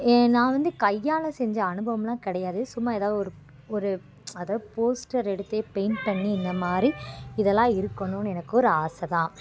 ஏன் நான் வந்து கையால் செஞ்ச அனுபவமெலாம் கிடையாது சும்மா எதாவது ஒரு ஒரு அதாவது போஸ்டர் எடுத்து பெயிண்ட் பண்ணி இந்தமாதிரி இதெல்லாம் இருக்கணும்னு எனக்கும் ஒரு ஆசைதான்